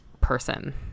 person